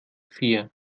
vier